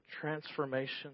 transformation